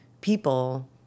people